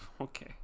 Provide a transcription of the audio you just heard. okay